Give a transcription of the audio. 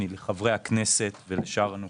לחברי הכנסת ולשאר הנוכחים.